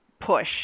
push